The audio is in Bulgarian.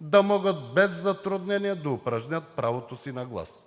да могат без затруднение да упражнят правото си на глас.